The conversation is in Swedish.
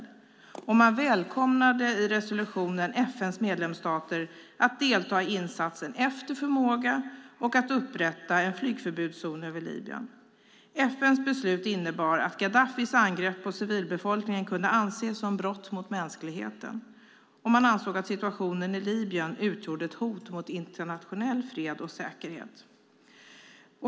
I resolutionen välkomnade man också FN:s medlemsstater att delta i insatsen efter förmåga, och man välkomnade upprättandet av en flygförbudszon över Libyen. FN:s beslut innebar att Gaddafis angrepp på civilbefolkningen kunde anses som brott mot mänskligheten, och man ansåg att situationen i Libyen utgjorde ett hot mot internationell fred och säkerhet.